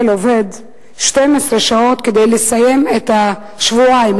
עובד 12 שעות כדי לסיים את השבועיים,